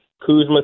Kuzma